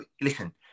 Listen